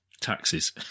taxes